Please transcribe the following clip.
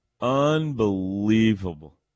unbelievable